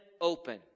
open